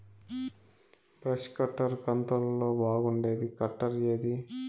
Brush cutter కంతులలో బాగుండేది cutter ఏది?